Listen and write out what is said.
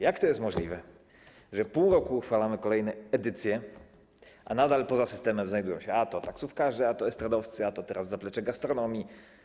Jak to jest możliwe, że pół roku uchwalamy kolejne edycje, a nadal poza systemem znajdują się a to taksówkarze, a to estradowcy, a to teraz zaplecze gastronomii?